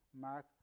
Mark